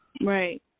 Right